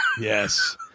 Yes